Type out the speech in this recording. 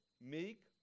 meek